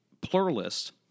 pluralist